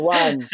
one